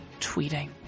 tweeting